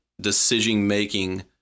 decision-making